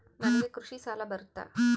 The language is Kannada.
ನನಗೆ ಕೃಷಿ ಸಾಲ ಬರುತ್ತಾ?